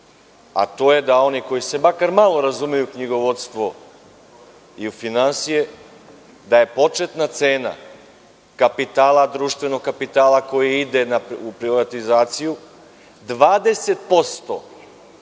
a to je da oni koji se makar malo razumeju u knjigovodstvo i u finansije, da je početna cena društvenog kapitala, koji ide u privatizaciju, 20%